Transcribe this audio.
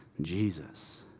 Jesus